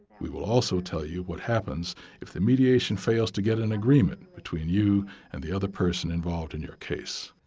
we will also tell you what happens if the mediation fails to get an agreement between you and the other person involved in your case.